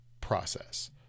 process